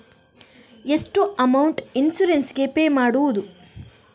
ಎಷ್ಟು amount insurance ಗೇ pay ಮಾಡುವುದು?